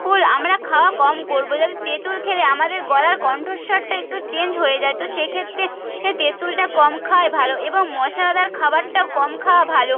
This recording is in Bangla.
কুল আমরা খাওয়া কম করবো যাতে তেঁতুল খেলে আমাদের গলার কন্ঠস্বরটা একটু চেঞ্জ হয়ে যায় তো সেক্ষেত্রে তেঁতুলটা কম খাওয়াই ভালো এবং মশলাদার খাবারটাও কম খাওয়া ভালো